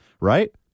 Right